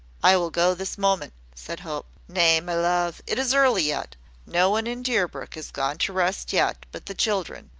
i will go this moment, said hope. nay, my love, it is early yet no one in deerbrook is gone to rest yet, but the children.